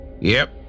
Yep